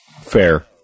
Fair